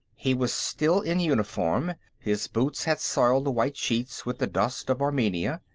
he was still in uniform his boots had soiled the white sheets with the dust of armenia.